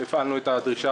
אדוני היושב-ראש,